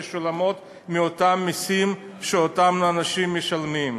משולמות מאותם מסים שאותם אנשים משלמים.